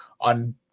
on